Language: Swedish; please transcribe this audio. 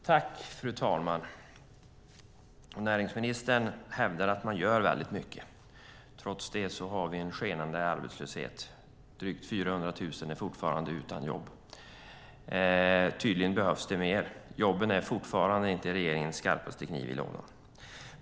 Fru talman! Näringsministern hävdar att man gör väldigt mycket. Trots det har vi en skenande arbetslöshet. Drygt 400 000 är fortfarande utan jobb. Tydligen behövs det mer. Jobben är fortfarande inte regeringens skarpaste kniv i lådan.